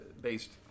based